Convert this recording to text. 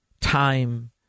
time